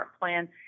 plan